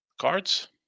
cards